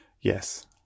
Yes